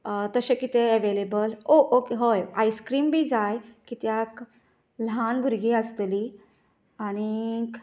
तशें कितें available or हय आयस क्रीम बी जाय कित्याक ल्हान भुरगीं आसतलीं आनी